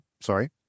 sorry